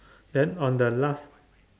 then on the last